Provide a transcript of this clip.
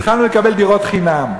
התחלנו לקבל דירות חינם.